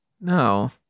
No